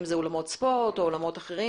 אם אלה אולמות ספורט או אולמות אחרים,